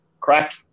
crack